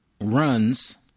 runs